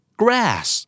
grass